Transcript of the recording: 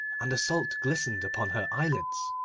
and the salt glistened upon her eyelids.